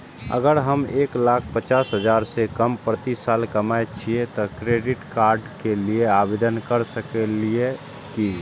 अगर हम एक लाख पचास हजार से कम प्रति साल कमाय छियै त क्रेडिट कार्ड के लिये आवेदन कर सकलियै की?